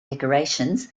decorations